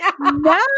No